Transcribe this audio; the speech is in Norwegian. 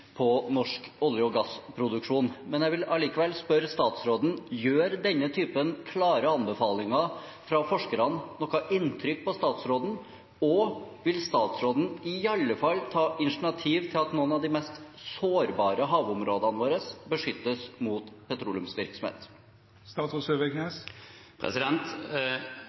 på norsk olje- og gassproduksjon. Jeg vil likevel spørre statsråden: Gjør denne typen klare anbefalinger fra forskerne inntrykk på statsråden, og vil statsråden i alle fall ta initiativ til at noen av de mest sårbare havområdene våre beskyttes mot